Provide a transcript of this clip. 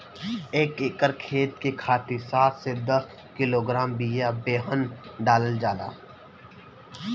एक एकर खेत के खातिर सात से दस किलोग्राम बिया बेहन डालल जाला?